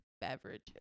beverages